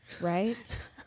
Right